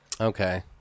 Okay